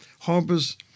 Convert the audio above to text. harbors